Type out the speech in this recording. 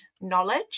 knowledge